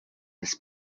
this